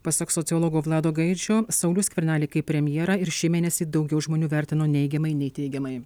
pasak sociologo vlado gaidžio saulių skvernelį kaip premjerą ir šį mėnesį daugiau žmonių vertino neigiamai nei teigiamai